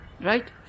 Right